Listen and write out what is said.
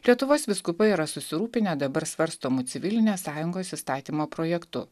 lietuvos vyskupai yra susirūpinę dabar svarstomu civilinės sąjungos įstatymo projektu